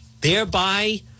thereby